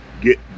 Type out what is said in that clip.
get